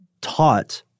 taught